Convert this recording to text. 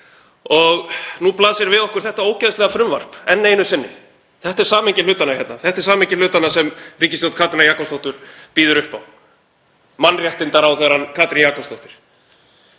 Og nú blasir við okkur þetta ógeðslega frumvarp enn einu sinni. Þetta er samhengi hlutanna hérna. Þetta er samhengi hlutanna sem ríkisstjórn Katrínar Jakobsdóttur býður upp á. Mannréttindaráðherrann Katrín Jakobsdóttir.